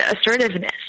assertiveness